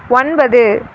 ஒன்பது